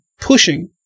pushing